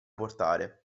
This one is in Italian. portare